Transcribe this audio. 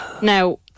Now